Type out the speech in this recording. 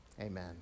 amen